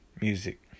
music